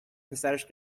پسرش